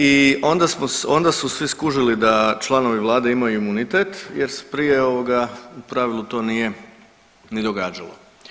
I onda su svi skužili da članovi vlade imaju imunitet jer se prije ovoga u pravilu to nije ni događalo.